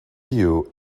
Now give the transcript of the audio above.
queue